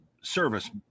service